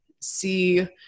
see